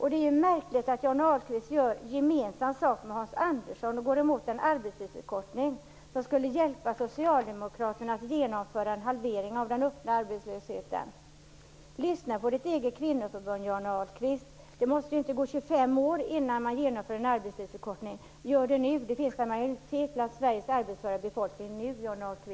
Det är märkligt att Johnny Ahlqvist gör gemensam sak med Hans Andersson och går emot en arbetstidsförkortning som skulle hjälpa Socialdemokraterna att genomföra en halvering av den öppna arbetslösheten. Lyssna på ditt eget kvinnoförbund, Johnny Ahlqvist. Det måste inte gå 25 år innan man genomför en arbetstidsförkortning. Gör det nu! Det finns en majoritet bland Sveriges arbetsföra befolkning nu, Johnny